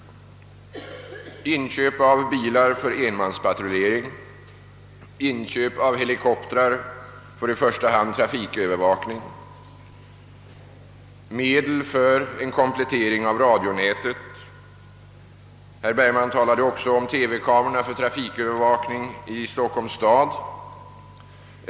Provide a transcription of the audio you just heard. Det gäller inköp av bilar för enmanspatrullering, inköp av helikoptrar för i första hand trafikövervakning samt medel för en komplettering av radionätet. Vidare talade herr Bergman om TV kamerorna för trafikövervakning i Stockholms stad.